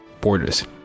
borders